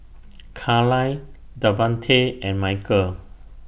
Carlyle Davante and Michael